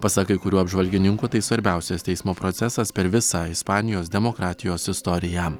pasak kai kurių apžvalgininkų tai svarbiausias teismo procesas per visą ispanijos demokratijos istoriją